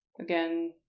Again